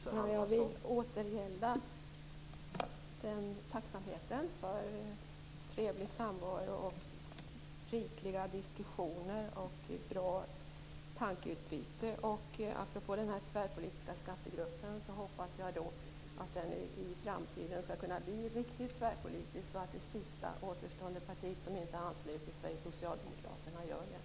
Herr talman! Jag vill återgälda tacksamheten för trevlig samvaro, rikliga diskussioner och bra tankeutbyte. Apropå den tvärpolitiska skattegruppen hoppas jag att den i framtiden blir riktigt tvärpolitisk, så att det sista återstående partiet som inte har anslutit sig, Socialdemokraterna, gör det.